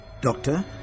Doctor